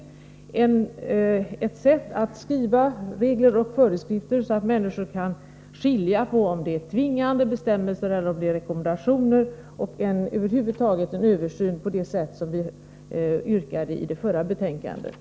Det är också nödvändigt att skriva regler och föreskrifter på ett sådant sätt att människor kan skilja på om det är tvingande bestämmelser eller rekommendationer. Det behövs över huvud taget en översyn på det sätt som vi yrkat i det förra betänkandet.